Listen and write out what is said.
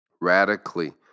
Radically